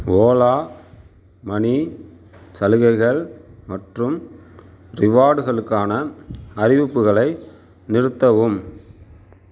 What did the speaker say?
Ola money சலுகைகள் மற்றும் ரிவார்டுகளுக்கான அறிவிப்புகளை நிறுத்தவும்